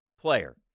player